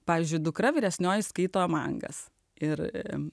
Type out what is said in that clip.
pavyzdžiui dukra vyresnioji skaito mangas ir